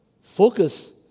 focus